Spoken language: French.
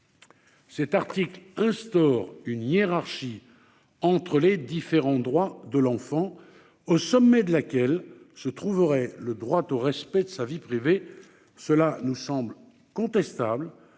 cet article instaure surtout une hiérarchie entre les différents droits de l'enfant, au sommet de laquelle se trouverait le droit au respect de sa vie privée. Cela nous semble contestable.